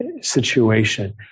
situation